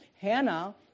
Hannah